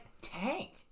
tank